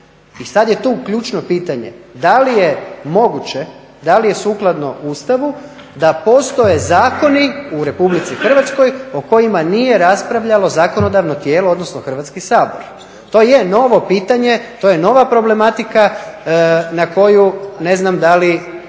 i sad je tu ključno pitanje da li je moguće, da li je sukladno Ustavu da postoje zakoni u Republike Hrvatskoj o kojima nije raspravljalo zakonodavno tijelo odnosno Hrvatski sabor. To je novo pitanje, to je nova problematika na koju ne znam da li